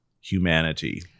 humanity